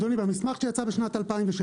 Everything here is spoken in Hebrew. אדוני, במסמך שיצא בשנת 2016